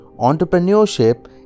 entrepreneurship